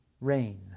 rain